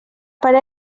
per